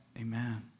Amen